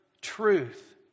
truth